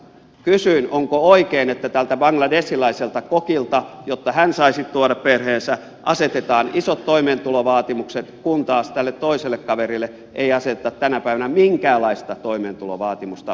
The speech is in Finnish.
kysyin onko oikein että tälle bangladeshilaiselle kokille jotta hän saisi tuoda perheensä asetetaan isot toimeentulovaatimukset kun taas tälle toiselle kaverille ei aseteta tänä päivänä minkäänlaista toimeentulovaatimusta perheen osalta